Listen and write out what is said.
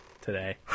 today